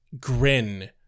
grin